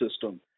system